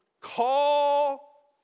call